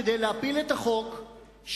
כדי להפיל את החוק,